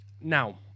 Now